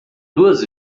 duas